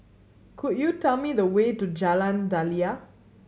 could you tell me the way to Jalan Daliah